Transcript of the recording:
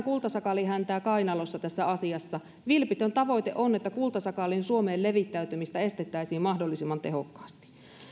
kultasakaalinhäntää kainalossa vilpitön tavoite on että kultasakaalin suomeen levittäytymistä estettäisiin mahdollisimman tehokkaasti